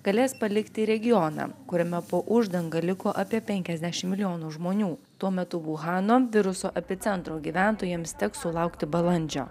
galės palikti regioną kuriame po uždanga liko apie penkiasdešimt milijonų žmonių tuo metu uhano viruso epicentro gyventojams teks sulaukti balandžio